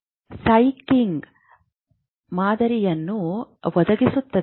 ಆದ್ದರಿಂದ ಪ್ರತ್ಯೇಕ ನರಕೋಶಗಳು ಸ್ಪೈಕಿಂಗ್ ಮಾದರಿಯನ್ನು ಒದಗಿಸುತ್ತವೆ